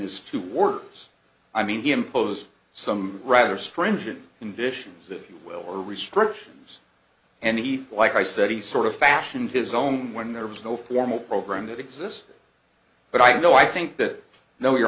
his two workers i mean he imposed some rather strange and indecisions if you will or restrictions and he like i said he sort of fashioned his own when there was no formal program that existed but i know i think that no you